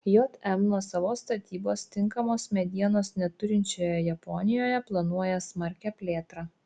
jm nuosavos statybos tinkamos medienos neturinčioje japonijoje planuoja smarkią plėtrą